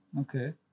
Okay